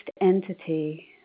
entity